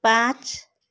पाँच